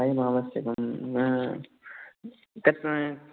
चायम् आवश्यकम्